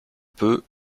peu